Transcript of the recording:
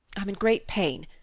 i'm in great pain,